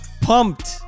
pumped